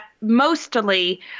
Mostly